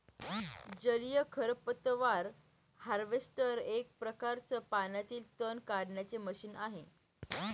जलीय खरपतवार हार्वेस्टर एक प्रकारच पाण्यातील तण काढण्याचे मशीन आहे